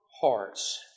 hearts